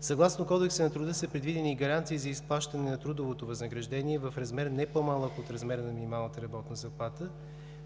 Съгласно Кодекса на труда са предвидени гаранции за изплащане на трудовото възнаграждение в размер не по-малък от размера на минималната работна заплата,